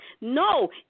No